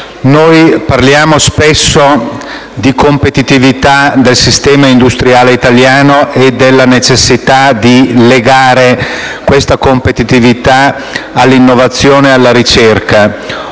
parliamo spesso di competitività del sistema industriale italiano e della necessità di legare questa competitività all'innovazione e alla ricerca.